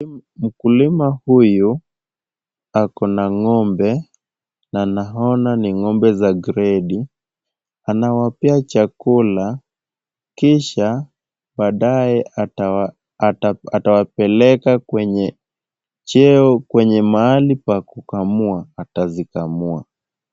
Mkulima huyu ako na ng'ombe na naona ni ng'ombe za gredi. Anawapea chakula kisha baadaye atawapeleka kwenye mahali pa kukamua, atazikamua.